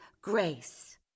Grace